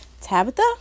Tabitha